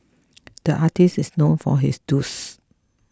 the artists is known for his